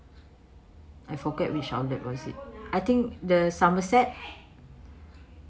I forget which outlet was it I think the somerset